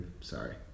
sorry